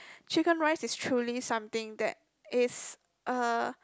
Chicken Rice is truly something that it's uh